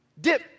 Dip